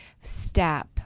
step